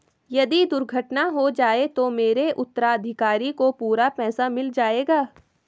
यदि दुर्घटना हो जाये तो मेरे उत्तराधिकारी को पूरा पैसा मिल जाएगा?